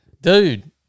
Dude